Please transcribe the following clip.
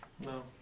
No